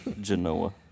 Genoa